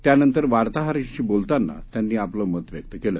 त्या नंतर वार्ताहरांशी बोलताना त्यांनी आपलं मत व्यक्त केलं